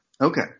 Okay